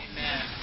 Amen